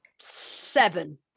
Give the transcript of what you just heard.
Seven